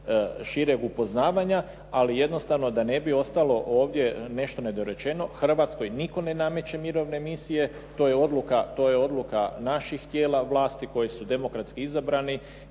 šireg upoznavanja, ali jednostavno da ne bi ostalo ovdje nešto nedorečeno, Hrvatskoj nitko ne nameće mirovne misije. To je odluka naših tijela vlasti koje su demokratski izabrani